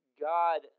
God